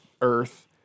Earth